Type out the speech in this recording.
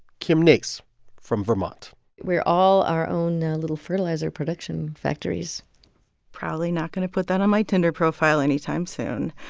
kim nace from vermont we're all our own now little fertilizer production factories probably not going to put that on my tinder profile anytime soon.